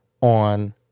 on